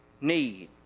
need